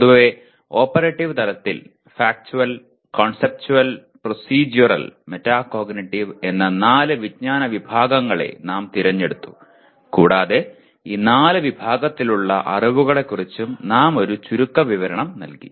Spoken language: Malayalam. പൊതുവെ ഓപ്പറേറ്റീവ് തലത്തിൽ ഫാക്ച്വൽ കൺസെപ്ച്വൽ പ്രൊസീഡ്യൂറൽ മെറ്റാകോഗ്നിറ്റീവ് എന്ന നാല് വിജ്ഞാന വിഭാഗങ്ങളെ നാം തിരഞ്ഞെടുത്തു കൂടാതെ ഈ നാല് വിഭാഗത്തിലുള്ള അറിവുകളെക്കുറിച്ചും നാം ഒരു ചുരുക്കവിവരണം നൽകി